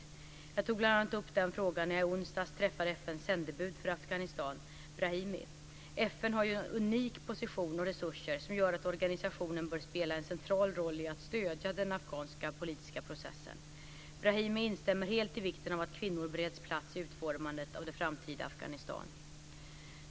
Jag tog upp bl.a. den frågan när jag i onsdags träffade har ju en unik position och resurser som gör att organisationen bör spela en central roll i att stödja den afghanska politiska processen. Brahimi instämmer helt i vikten av att kvinnor bereds plats i utformandet av det framtida Afghanistan.